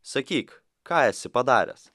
sakyk ką esi padaręs